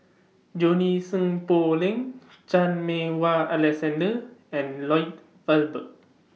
Junie Sng Poh Leng Chan Meng Wah Alexander and Lloyd Valberg